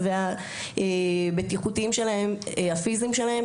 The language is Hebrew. הבטיחותיים והפיזיים שלהם,